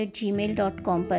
gmail.com